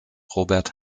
robert